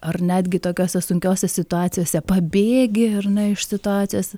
ar netgi tokiose sunkiose situacijose pabėgi ir ne iš situacijos